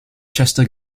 chester